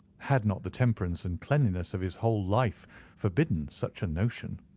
had not the temperance and cleanliness of his whole life forbidden such a notion.